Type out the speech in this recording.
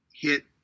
hit